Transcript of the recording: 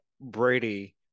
Brady